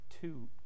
two